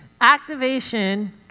activation